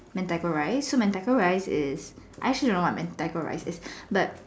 Mentaiko rice so Mentaiko rice I actually don't know what Mentaiko rice is